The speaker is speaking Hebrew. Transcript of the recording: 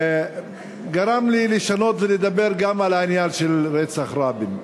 גרם לי לשנות ולדבר גם על העניין של רצח רבין.